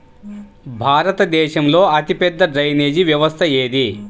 భారతదేశంలో అతిపెద్ద డ్రైనేజీ వ్యవస్థ ఏది?